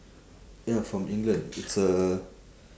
ya from england it's a